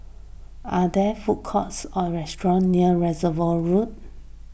are there food courts or restaurants near Reservoir Road